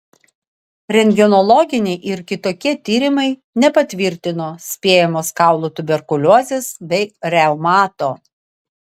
rentgenologiniai ir kitokie tyrimai nepatvirtino spėjamos kaulų tuberkuliozės bei reumato